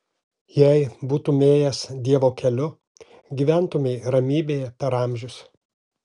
jei būtumei ėjęs dievo keliu gyventumei ramybėje per amžius